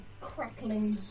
crackling